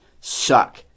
suck